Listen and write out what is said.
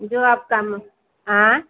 जो आपका म आँ